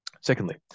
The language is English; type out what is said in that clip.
Secondly